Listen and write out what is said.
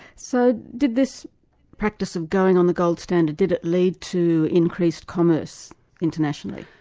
so did this practice of going on the gold standard, did it lead to increased commerce internationally?